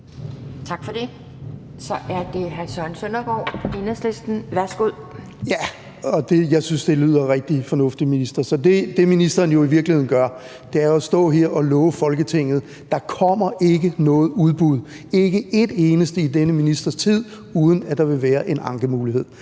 Tak for det. Så er det hr. Søren Søndergaard, Enhedslisten. Værsgo. Kl. 12:00 Søren Søndergaard (EL): Jeg synes, det lyder rigtig fornuftigt. Så det, ministeren jo i virkeligheden gør, er at stå her og love Folketinget, at der ikke kommer noget udbud, ikke et eneste, i denne ministers tid, uden at der vil være en ankemulighed.